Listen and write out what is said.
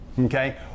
Okay